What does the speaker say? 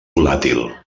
volàtil